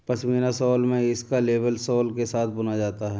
pashmina shawl में इसका label sole के साथ बुना जाता है